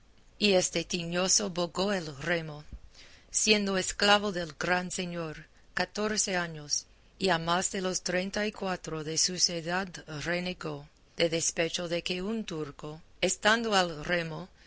y este tiñoso bogó el remo siendo esclavo del gran señor catorce años y a más de los treinta y cuatro de sus edad renegó de despecho de que un turco estando al remo